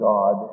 God